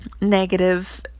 negative